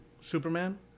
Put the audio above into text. Superman